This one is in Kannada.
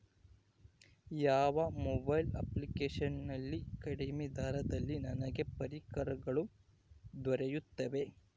ಯಾವ ಮೊಬೈಲ್ ಅಪ್ಲಿಕೇಶನ್ ನಲ್ಲಿ ಕಡಿಮೆ ದರದಲ್ಲಿ ನನಗೆ ಪರಿಕರಗಳು ದೊರೆಯುತ್ತವೆ?